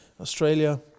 Australia